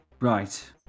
Right